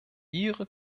ihre